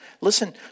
Listen